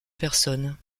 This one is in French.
personne